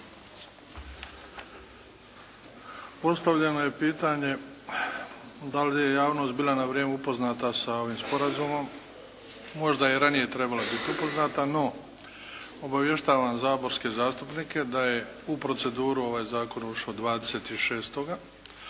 Postavljeno je pitanje da li je javnost bila na vrijeme upoznata sa ovim sporazumom. Možda je ranije trebala biti upoznata, no obavještavam saborske zastupnike da je u proceduru ovaj zakon ušao 26., da